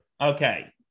okay